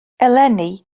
eleni